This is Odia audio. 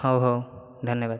ହେଉ ହେଉ ଧନ୍ୟବାଦ